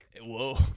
Whoa